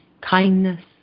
kindness